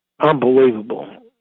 Unbelievable